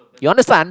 you understand